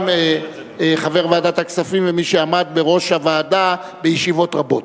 גם חבר ועדת הכספים ומי שעמד בראש הוועדה בישיבות רבות.